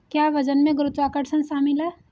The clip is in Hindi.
क्या वजन में गुरुत्वाकर्षण शामिल है?